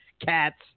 Cats